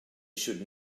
should